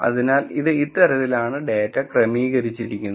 അതിനാൽ ഇത് ഇത്തരത്തിലാണ് ഡേറ്റ ക്രമീകരിച്ചിരിക്കുന്നത്